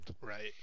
Right